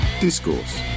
discourse